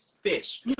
fish